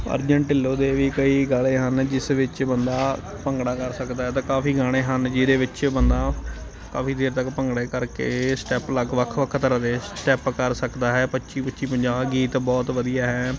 ਅਰਜਨ ਢਿੱਲੋ ਦੇ ਵੀ ਕਈ ਗਾਣੇ ਹਨ ਜਿਸ ਵਿੱਚ ਬੰਦਾ ਭੰਗੜਾ ਕਰ ਸਕਦਾ ਤਾਂ ਕਾਫੀ ਗਾਣੇ ਹਨ ਜਿਹਦੇ ਵਿੱਚ ਬੰਦਾ ਕਾਫੀ ਦੇਰ ਤੱਕ ਭੰਗੜੇ ਕਰਕੇ ਸਟੈਪ ਵੱਖ ਵੱਖ ਤਰ੍ਹਾਂ ਦੇ ਸਟੈਪ ਕਰ ਸਕਦਾ ਹੈ ਪੱਚੀ ਪੱਚੀ ਪੰਜਾਹ ਗੀਤ ਬਹੁਤ ਵਧੀਆ ਹੈ